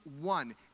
one